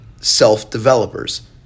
self-developers